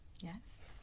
Yes